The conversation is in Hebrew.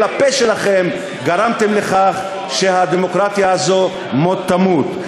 הפה שלכם גרמתם לכך שהדמוקרטיה הזאת מות תמות.